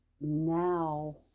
now